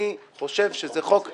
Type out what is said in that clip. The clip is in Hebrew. אני חושב שזה חוק נכון.